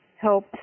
help